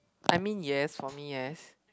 I mean yes for me yes